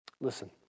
Listen